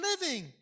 living